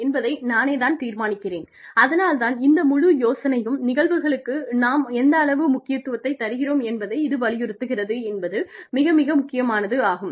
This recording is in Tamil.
என்பதை நானே தான் தீர்மானிக்கிறேன் அதனால்தான் இந்த முழு யோசனையும் நிகழ்வுகளுக்கு நாம் எந்த அளவு முக்கியத்துவத்தைத் தருகிறோம் என்பதை இது வலியுறுத்துகிறது என்பது மிக மிக முக்கியமானது ஆகும்